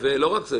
פה לא תהיה